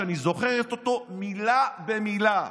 שאני זוכרת אותו מילה במילה: